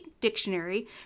dictionary